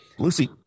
Lucy